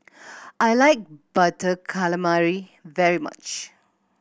I like Butter Calamari very much